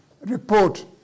report